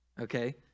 okay